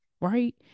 right